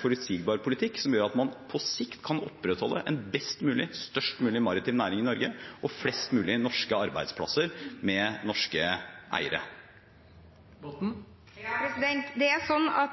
forutsigbar politikk, som gjør at man på sikt kan opprettholde en best mulig og størst mulig maritim næring i Norge og ha flest mulig norske arbeidsplasser med norske eiere. Else-May Botten – til oppfølgingsspørsmål.